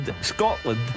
Scotland